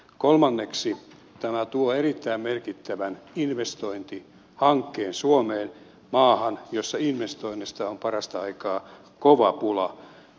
kolmanneksi tämä tuo erittäin merkittävän investointihankkeen suomeen maahan jossa investoinneista on parasta aikaa kova pula